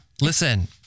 Listen